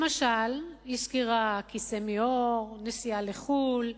למשל היא הזכירה כיסא מעור, נסיעה לחו"ל,